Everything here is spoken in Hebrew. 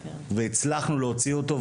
הצלחנו להוציא אותו,